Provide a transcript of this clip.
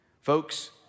Folks